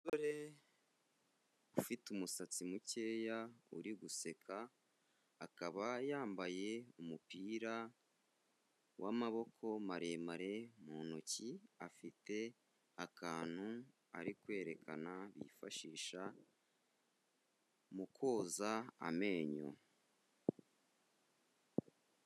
Umugore ufite umusatsi mukeya, uri guseka, akaba yambaye umupira w'amaboko maremare, mu ntoki afite akantu ari kwerekana yifashisha mu koza amenyo.